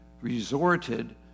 resorted